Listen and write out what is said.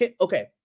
Okay